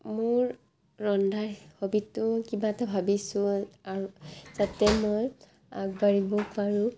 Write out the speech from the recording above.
মোৰ ৰন্ধা হবীটো কিবা এটা ভাবিছোঁ আৰু যাতে মই আগবাঢ়িব পাৰোঁ